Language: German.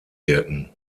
wirken